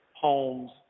homes